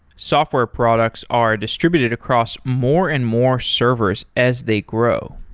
software products are distributed across more and more servers as they grow.